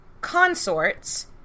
consorts